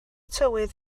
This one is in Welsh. tywydd